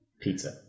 Pizza